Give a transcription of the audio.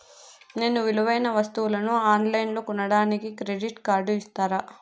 నేను విలువైన వస్తువులను ఆన్ లైన్లో కొనడానికి క్రెడిట్ కార్డు ఇస్తారా?